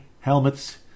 helmets